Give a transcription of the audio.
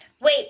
Wait